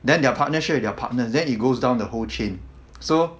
then their partnership with their partner then it goes down the whole chain so